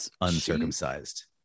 uncircumcised